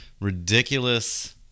ridiculous